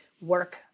work